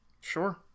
Sure